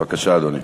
בבקשה, אדוני.